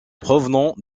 provenant